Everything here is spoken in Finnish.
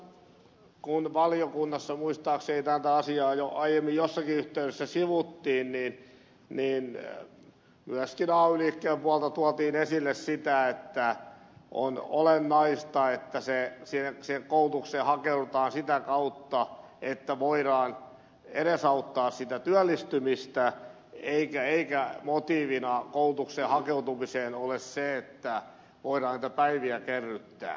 muistan kun valiokunnassa muistaakseni tätä asiaa jo aiemmin jossakin yhteydessä sivuttiin että myöskin ay liikkeen puolelta tuotiin esille sitä että on olennaista että sinne koulutukseen hakeudutaan sitä kautta että voidaan edesauttaa sitä työllistymistä eikä motiivina koulutukseen hakeutumiseen ole se että voidaan niitä päiviä kerryttää